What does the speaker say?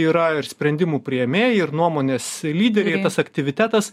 yra ir sprendimų priėmėjai ir nuomonės lyderiai tas aktyvitetas